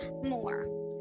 more